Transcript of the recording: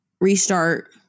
restart